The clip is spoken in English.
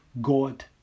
God